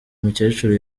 mukecuru